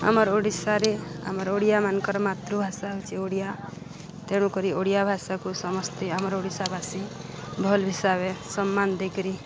ଆମର ଓଡ଼ିଶାରେ ଆମର ଓଡ଼ିଆମାନଙ୍କର ମାତୃଭାଷା ହେଉଛି ଓଡ଼ିଆ ତେଣୁକରି ଓଡ଼ିଆ ଭାଷାକୁ ସମସ୍ତେ ଆମର ଓଡ଼ିଶାବାସୀ ଭଲ୍ ହିସାବେ ସମ୍ମାନ ଦେଇକିରି